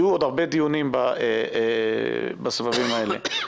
יהיו עוד הרבה דיונים בסבבים האלה.